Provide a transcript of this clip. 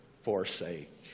forsake